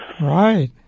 Right